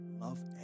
Love